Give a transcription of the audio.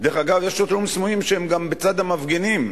דרך אגב, יש שוטרים סמויים שהם בצד המפגינים.